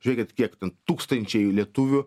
žiūrėkit kiek ten tūkstančiai lietuvių